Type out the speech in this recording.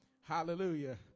Hallelujah